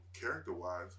character-wise